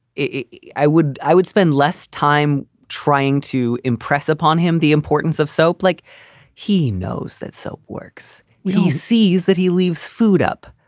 if i would, i would spend less time trying to impress upon him the importance of soap. like he knows that soap works. he sees that he leaves food up.